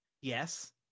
Yes